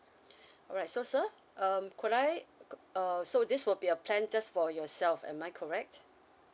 alright so sir um could I uh so this will be a plan just for yourself am I correct